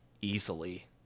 easily